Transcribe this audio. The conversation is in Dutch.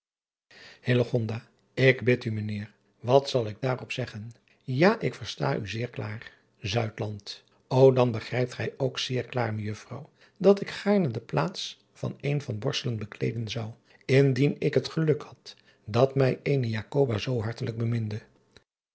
k bid u ijnheer wat zal ik daar op zeggen ja ik versta u zeer klaar ô an begrijpt gij ook zeer klaar ejuffrouw dat ik gaarne de plaats van een bekleeden zou indien ik het geluk had dat mij eene zoo hartelijk beminde